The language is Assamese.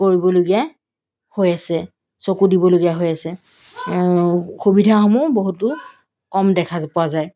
কৰিবলগীয়া হৈ আছে চকু দিবলগীয়া হৈ আছে সুবিধাসমূহ বহুতো কম দেখা পোৱা যায়